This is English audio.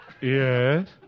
Yes